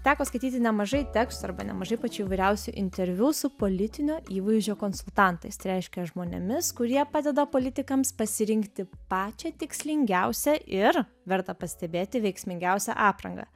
teko skaityti nemažai tekstų arba nemažai pačių įvairiausių interviu su politinio įvaizdžio konsultantais tai reiškia žmonėmis kurie padeda politikams pasirinkti pačią tikslingiausią ir verta pastebėti veiksmingiausią aprangą